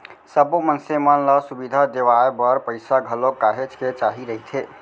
सब्बो मनसे मन ल सुबिधा देवाय बर पइसा घलोक काहेच के चाही रहिथे